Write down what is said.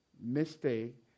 mistake